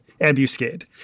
Ambuscade